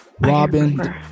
Robin